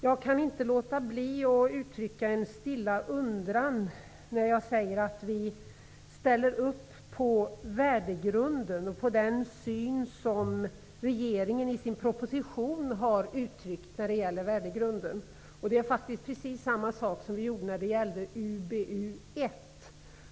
Jag kan inte låta bli att uttrycka en stilla undran när jag säger att vi ställer upp på värdegrunden och den syn som regeringen har uttryckt i sin proposition. Samma sak gällde diskussionen om UbU1.